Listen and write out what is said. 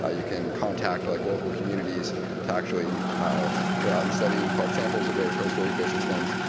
ah you can contact like local communities to actually go out and study and collect samples of their coastal ecosystems,